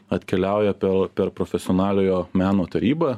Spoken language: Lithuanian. atkeliauja per per profesionaliojo meno tarybą